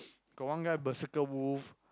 got one guy berserker wolf